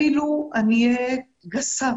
אפילו אני אהיה גסה,